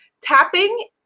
Tapping